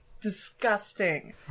disgusting